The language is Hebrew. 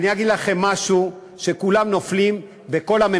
אני אגיד לכם משהו, שכולם נופלים בו,